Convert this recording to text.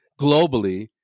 globally